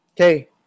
Okay